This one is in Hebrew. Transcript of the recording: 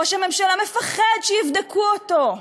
ראש הממשלה מפחד מוועדות חקירה,